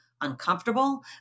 uncomfortable